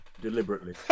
deliberately